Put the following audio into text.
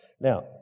Now